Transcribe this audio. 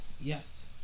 yes